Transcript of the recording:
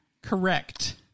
Correct